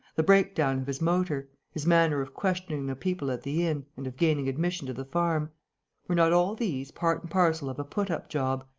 the breakdown of his motor, his manner of questioning the people at the inn and of gaining admission to the farm were not all these part and parcel of a put-up job,